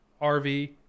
rv